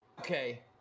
Okay